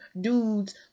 dudes